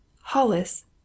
Hollis